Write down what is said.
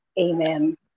Amen